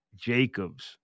Jacobs